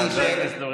תודה רבה.